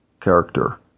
character